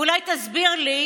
ואולי תסביר לי